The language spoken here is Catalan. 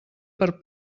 per